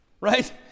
Right